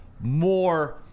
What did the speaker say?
more